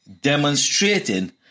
demonstrating